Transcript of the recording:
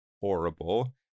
horrible